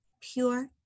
pure